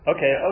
Okay